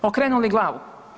Okrenuli glavu.